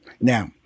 Now